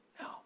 No